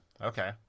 okay